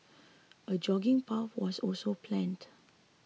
a jogging path was also planned